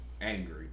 Angry